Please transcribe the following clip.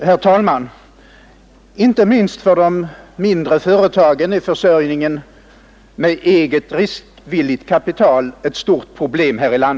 Herr talman! Inte minst för de mindre företagen här i landet är försörjningen med eget riskvilligt kapital ett stort problem.